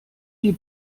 die